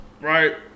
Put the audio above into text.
Right